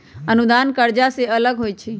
अनुदान कर्जा से अलग होइ छै